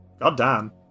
Goddamn